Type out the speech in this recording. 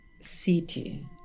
city